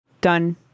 Done